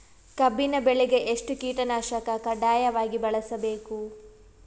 ಕಬ್ಬಿನ್ ಬೆಳಿಗ ಎಷ್ಟ ಕೀಟನಾಶಕ ಕಡ್ಡಾಯವಾಗಿ ಬಳಸಬೇಕು?